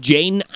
Jane